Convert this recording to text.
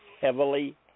heavily